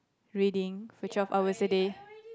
reading for twelve hours a day